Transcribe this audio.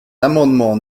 amendements